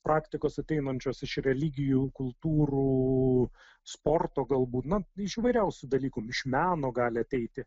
praktikos ateinančios iš religijų kultūrų sporto galbūt na iš įvairiausių dalykų iš meno gali ateiti